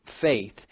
faith